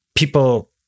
People